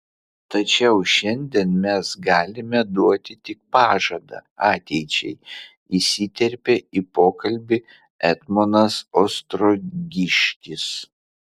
tačiau šiandien mes galime duoti tik pažadą ateičiai įsiterpė į pokalbį etmonas ostrogiškis